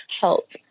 help